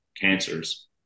cancers